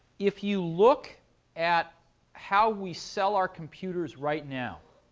if you look at how we sell our computers right now,